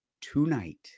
tonight